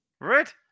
Right